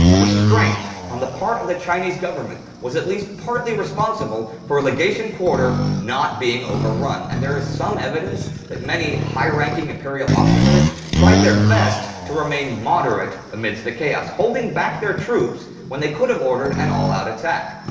restraint on the part of the chinese government was at least partly responsible for the legation quarter not being overrun, and there is some evidence that many high-ranking imperial officers tried their best to remain moderate amidst the chaos, holding back their troops, when they could have ordered an all-out attack.